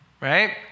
right